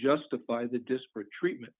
justify the disparate treatment